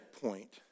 point